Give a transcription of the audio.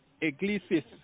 Iglesias